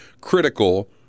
critical